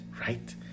right